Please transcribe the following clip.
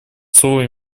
слово